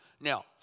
Now